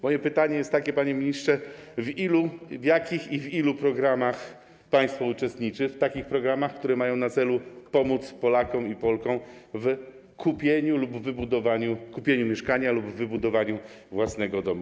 Moje pytanie jest takie, panie ministrze: W jakich i w ilu programach państwo uczestniczy, programach, które mają na celu pomóc Polakom i Polkom w kupieniu lub wybudowaniu, kupieniu mieszkania lub wybudowaniu własnego domu?